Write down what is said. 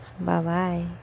bye-bye